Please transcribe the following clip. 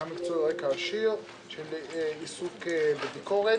המקצועי הוא רקע עשיר של עיסוק בביקורת.